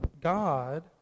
God